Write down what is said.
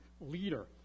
leader